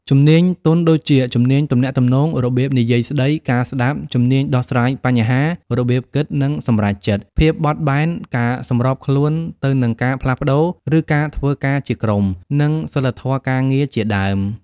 ជំនាញទន់ ដូចជា ជំនាញទំនាក់ទំនង របៀបនិយាយស្ដី ការស្ដាប់ ជំនាញដោះស្រាយបញ្ហា របៀបគិត និងសម្រេចចិត្ត ភាពបត់បែន ការសម្របខ្លួនទៅនឹងការផ្លាស់ប្ដូរ ឬ ការធ្វើការជាក្រុម និងសីលធម៌ការងារជាដើម។